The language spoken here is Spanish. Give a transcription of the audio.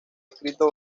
escrito